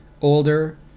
older